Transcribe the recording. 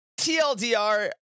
TLDR